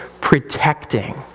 protecting